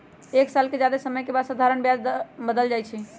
एक साल से जादे समय के बाद साधारण ब्याज बदल जाई छई